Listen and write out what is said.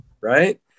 Right